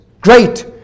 great